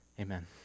Amen